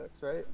right